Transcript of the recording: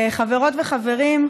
חברות וחברים,